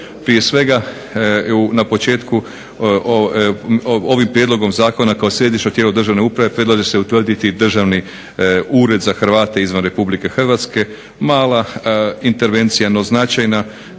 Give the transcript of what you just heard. Prije svega na početku ovim prijedlogom zakona kao Središnje tijelo državne uprave predlaže se utvrditi Državni ured za Hrvate izvan RH. Mala intervencija no značajna